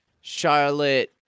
Charlotte